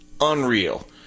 Unreal